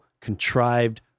contrived